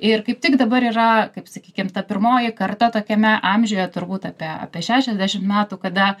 ir kaip tik dabar yra kaip sakykim ta pirmoji karta tokiame amžiuje turbūt apie apie šešiasdešimt metų kada